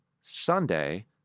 Sunday